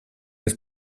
els